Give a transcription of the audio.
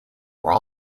were